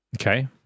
Okay